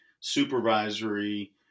supervisory